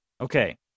Okay